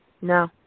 No